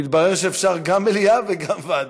מתברר שאפשר גם מליאה וגם ועדה,